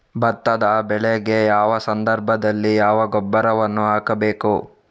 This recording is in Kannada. ಭತ್ತದ ಬೆಳೆಗೆ ಯಾವ ಸಂದರ್ಭದಲ್ಲಿ ಯಾವ ಗೊಬ್ಬರವನ್ನು ಹಾಕಬೇಕು?